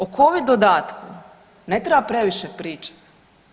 O Covid dodatku ne treba previše pričati.